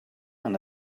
and